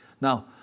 Now